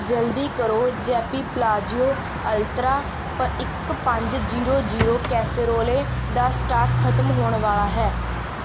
ਜਲਦੀ ਕਰੋ Jaypee Palazzo Ultra ਇੱਕ ਪੰਜ ਜ਼ੀਰੋ ਜ਼ੀਰੋ ਕੈਸੇਰੋਲੇ ਦਾ ਸਟਾਕ ਖਤਮ ਹੋਣ ਵਾਲਾ ਹੈ